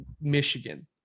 michigan